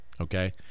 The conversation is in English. okay